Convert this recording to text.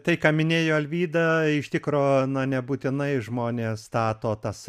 tai ką minėjo alvyda iš tikro na nebūtinai žmonės stato tas